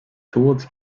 towards